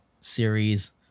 series